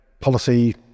policy